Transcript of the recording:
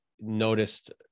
noticed